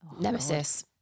Nemesis